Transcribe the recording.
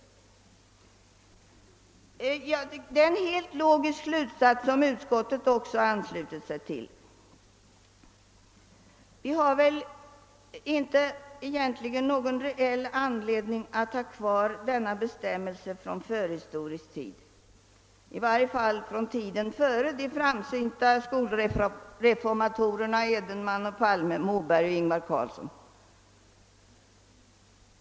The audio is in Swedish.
Detta är en helt logisk slutsats, som utskottet också har anslutit sig till. Vi har väl egentligen inte någon reell anledning att ha kvar en bestämmelse från förhistorisk tid, i varje fall från tiden före de framsynta skolreformatorerna Ragnar Edenman, Olof Palme, Sven Moberg och Ingvar Carlsson.